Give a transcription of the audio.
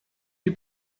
die